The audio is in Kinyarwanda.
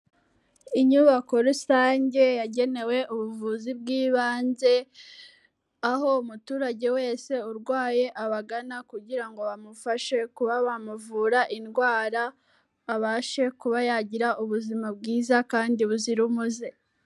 Inyubako rusange yagenewe ubuvuzi bw'ibanze, aho umuturage wese urwaye abagana kugira ngo bamufashe kuba bamuvura indwara, abashe kuba yagira ubuzima bwiza kandi buzira umuze.